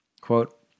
quote